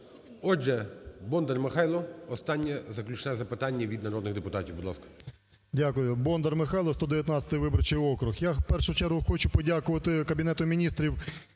Отже, Бондар Михайло, останнє заключне запитання від народних депутатів. Будь ласка.